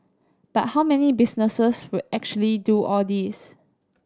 but how many businesses would actually do all this